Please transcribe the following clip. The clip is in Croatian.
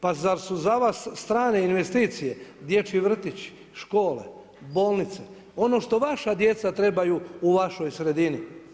Pa zar su za vas strane investicije dječji vrtići, škole, bolnice, ono što vaša djeca trebaju u vašoj sredini.